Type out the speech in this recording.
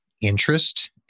interest